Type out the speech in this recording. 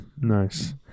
nice